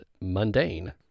mundane